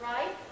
Right